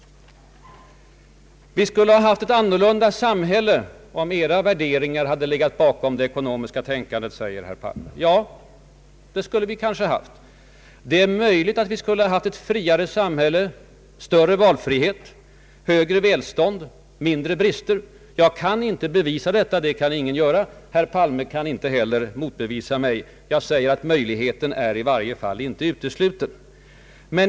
Vi skulle ha haft ett annat samhälle om era värderingar hade legat bakom det ekonomiska tänkandet, säger herr Palme. Ja, det skulle vi kanske ha haft. Det är möjligt att vi skulle ha haft ett friare samhälle, större valfrihet, högre välstånd och mindre brister. Jag kan inte bevisa detta, det kan ingen göra. Herr Palme kan inte heller motbevisa mig. Jag säger att möjligheten till en sådan utveckling i varje fall inte varit utesluten.